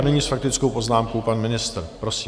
Nyní s faktickou poznámkou pan ministr, prosím.